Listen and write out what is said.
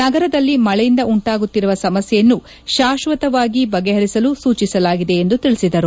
ನಗರದಲ್ಲಿ ಮಳೆಯಿಂದ ಉಂಟಾಗುತ್ತಿರುವ ಸಮಸ್ಕೆಯನ್ನು ಶಾಶ್ಲತವಾಗಿ ಬಗೆಹರಿಸಲು ಸೂಚಿಸಲಾಗಿದೆ ಎಂದು ತಿಳಿಸಿದರು